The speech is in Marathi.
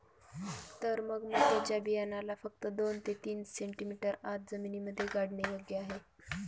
तर मग मक्याच्या बियाण्याला फक्त दोन ते तीन सेंटीमीटर आत जमिनीमध्ये गाडने योग्य आहे